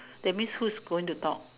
that means who is going to talk